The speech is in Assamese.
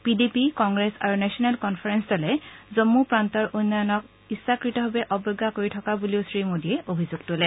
পি ডি পি কংগ্ৰেছ আৰু নেচনেল কনফাৰেল দলে জম্মু প্ৰান্তৰ উন্নয়নক ইচ্ছাকতভাৱে অবজ্ঞা কৰি থকা বুলি শ্ৰীমোডীয়ে অভিযোগ তোলে